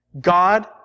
God